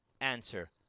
answer